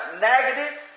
negative